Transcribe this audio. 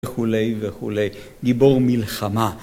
וכולי וכולי, גיבור מלחמה.